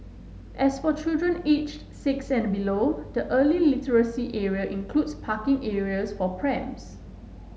as for children aged six and below the early literacy area includes parking areas for prams